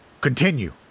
Continue